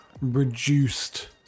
reduced